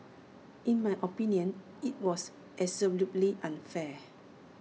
in my opinion IT was absolutely unfair